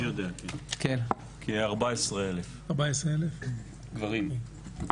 כ-14 אלף גברים.